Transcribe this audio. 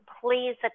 Please